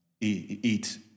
eat